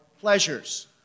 pleasures